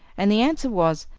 and the answer was,